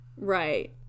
Right